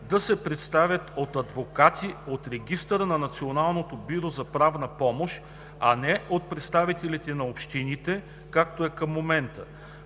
да се представят от адвокати от регистъра на Националното бюро за правна помощ, а не от представители на общините, както е към момента.